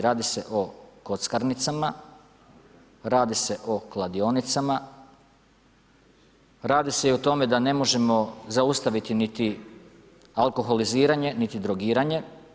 Radi se o kockarnicama, radi se o kladionicama, radi se i o tome da ne možemo zaustaviti niti alkoholiziranje niti drogiranje.